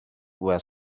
were